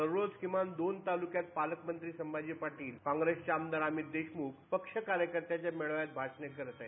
दररोज किमान दोन तालूक्यात पालकमंत्री संभाजी पाटील निलंगेकर काँग्रेसचे आमदार अमित देशमुख पक्ष कार्यकर्त्यांच्या मेळाव्यात भाषण करत आहेत